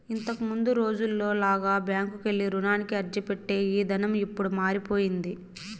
ఇంతకముందు రోజుల్లో లాగా బ్యాంకుకెళ్ళి రుణానికి అర్జీపెట్టే ఇదానం ఇప్పుడు మారిపొయ్యింది